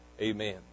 amen